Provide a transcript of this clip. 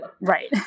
right